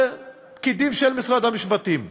זה פקידים של משרד המשפטים.